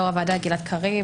יושב-ראש הוועדה גלעד קריב,